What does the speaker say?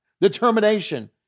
determination